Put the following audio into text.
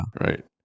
Right